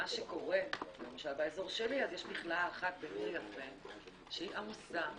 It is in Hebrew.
אז באזור שלי יש מכלאה אחת בניר-יפה שהיא עמוסה,